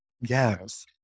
Yes